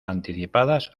anticipadas